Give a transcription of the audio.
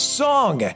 song